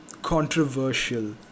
controversial